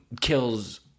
kills